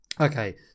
okay